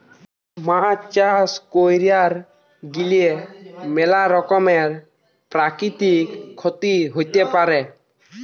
মাছ চাষ কইরার গিয়ে ম্যালা রকমের প্রাকৃতিক ক্ষতি হতে পারে